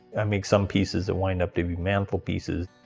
i make some pieces that wind up to be mantle pieces.